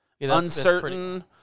Uncertain